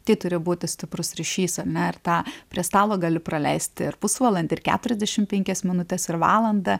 tai turi būti stiprus ryšys ar ne ir tą prie stalo gali praleisti ir pusvalandį ir keturiasdešimt penkias minutes ir valandą